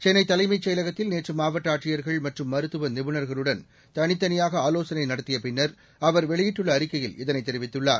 சென்னை தலைமைச் செயலகத்தில் நேற்று மாவட்ட ஆட்சியர்கள் மற்றும் மருத்துவ நிபுணர்களுடன் தனித்தனியாக ஆவோசனை நடத்திய பின்னர் அவர் வெளியிட்டுள்ள அறிக்கையில் இதனை தெரிவித்துள்ளார்